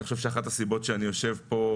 אני חושב שאחת הסיבות שאני יושב כאן,